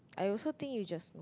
I also think you just know